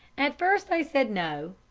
at first i said no,